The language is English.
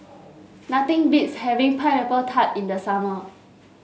nothing beats having Pineapple Tart in the summer